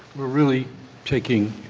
really taking